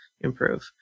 improve